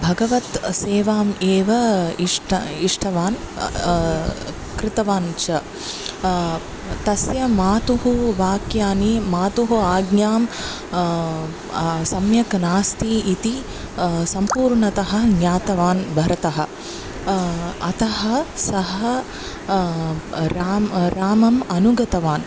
भगवत् सेवां एव इष्ट इष्टवान् कृतवान् च तस्य मातुः वाक्यानि मातुः आज्ञां सम्यक् नास्ति इति सम्पूर्णतः ज्ञातवान् भरतः अतः सः राम् रामम् अनुगतवान्